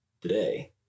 today